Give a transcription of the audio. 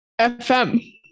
fm